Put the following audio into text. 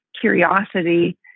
curiosity